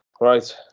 Right